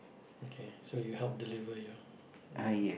okay so you help deliver your your